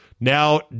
Now